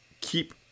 keep